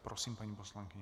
Prosím, paní poslankyně.